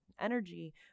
energy